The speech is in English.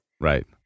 Right